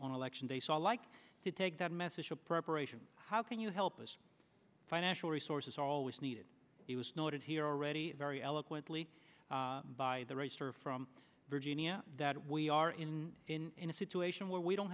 on election day so like to take that message a preparation how can you help us financial resources are always needed it was noted here already very eloquently by the racer from virginia that we are in in a situation where we don't